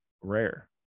rare